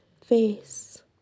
face